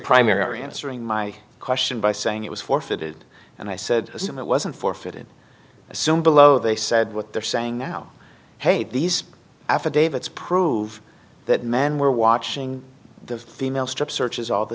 primary answering my question by saying it was forfeited and i said it wasn't forfeited assume below they said what they're saying now hey these affidavits prove that men were watching the female strip searches all the